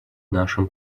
нашим